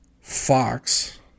Fox